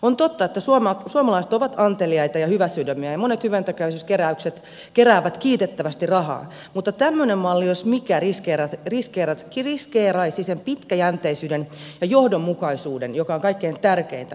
on totta että suomalaiset ovat anteliaita ja hyväsydämisiä ja monet hyväntekeväisyyskeräykset keräävät kiitettävästi rahaa mutta tämmöinen malli jos mikä riskeeraisi sen pitkäjänteisyyden ja johdonmukaisuuden joka on kaikkein tärkeintä näissä hankkeissa